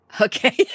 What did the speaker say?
Okay